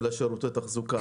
של שירותי התחזוקה.